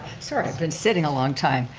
sorry, i've been sitting a long time.